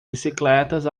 bicicletas